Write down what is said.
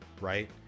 Right